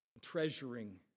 treasuring